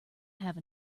have